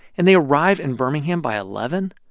and they arrive in birmingham by eleven?